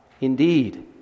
Indeed